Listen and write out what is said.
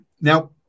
Now